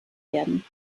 werden